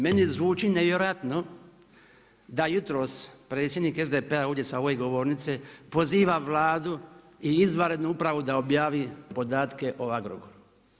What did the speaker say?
Meni zvuči nevjerojatno da jutros predsjednik SDP-a ovdje sa ove govornice poziva Vladu i izvanrednu upravu da objavi podatke o Agrokoru.